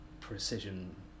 precision